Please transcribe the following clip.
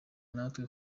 natwe